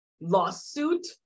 lawsuit